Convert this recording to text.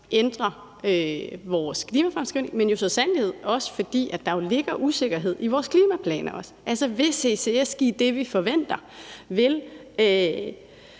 ændrer vores klimafremskrivning, men jo så sandelig også, fordi der ligger en usikkerhed i vores klimaplaner. Altså, vil ccs give det, vi forventer?